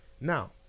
Now